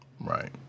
Right